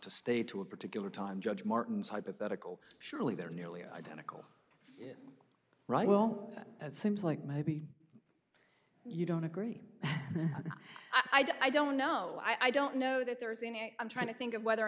to stay to a particular time judge martin's hypothetical surely there are nearly identical right well seems like maybe you don't agree i don't know i don't know that there is any i'm trying to think of whether or